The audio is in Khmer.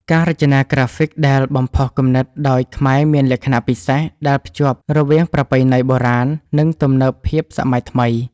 ការរចនាក្រាហ្វិកដែលបំផុសគំនិតដោយខ្មែរមានលក្ខណៈពិសេសដែលភ្ជាប់រវាងប្រពៃណីបុរាណ និងទំនើបភាពសម័យថ្មី